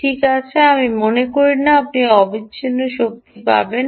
ঠিক আছে আমি মনে করি না আপনি অবিচ্ছিন্ন শক্তি পাবেন